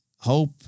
hope